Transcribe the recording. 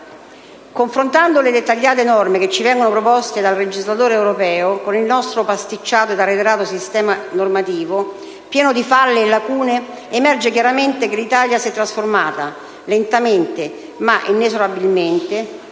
Confrontando le dettagliate norme che ci vengono proposte dal legislatore europeo, con il nostro pasticciato ed arretrato sistema normativo, pieno di falle e lacune, emerge chiaramente che l'Italia si è trasformata, lentamente ma inesorabilmente,